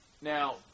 Now